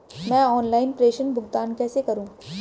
मैं ऑनलाइन प्रेषण भुगतान कैसे करूँ?